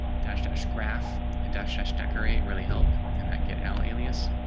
dash dash graph and dash dash decorate really help in that get al alias.